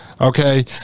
okay